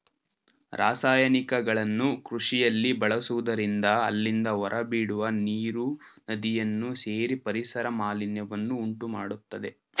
ರಾಸಾಯನಿಕಗಳನ್ನು ಕೃಷಿಯಲ್ಲಿ ಬಳಸುವುದರಿಂದ ಅಲ್ಲಿಂದ ಹೊರಬಿಡುವ ನೀರು ನದಿಯನ್ನು ಸೇರಿ ಪರಿಸರ ಮಾಲಿನ್ಯವನ್ನು ಉಂಟುಮಾಡತ್ತದೆ